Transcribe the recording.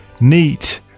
neat